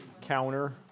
counter